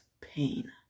pain